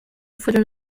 fueron